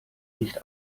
nicht